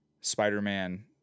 Spider-Man